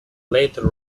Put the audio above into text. later